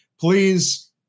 please